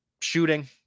shooting